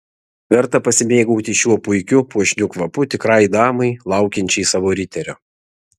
verta pasimėgauti šiuo puikiu puošniu kvapu tikrai damai laukiančiai savo riterio